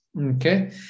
Okay